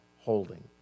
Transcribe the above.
holding